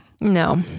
No